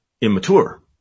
immature